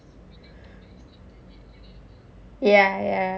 ya ya